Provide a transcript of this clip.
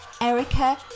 Erica